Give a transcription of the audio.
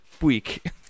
week